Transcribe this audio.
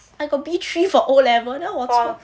I got B three for O-level then 我就